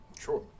sure